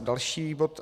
Další bod.